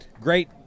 great